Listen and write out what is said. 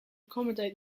accommodate